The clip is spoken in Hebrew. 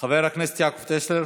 חבר הכנסת יעקב טסלר,